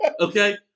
Okay